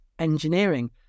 engineering